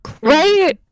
Right